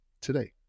today